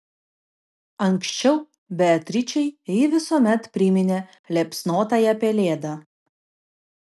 anksčiau beatričei ji visuomet priminė liepsnotąją pelėdą